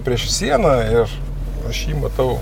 prieš sieną ir aš jį matau